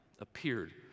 appeared